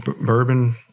bourbon